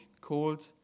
called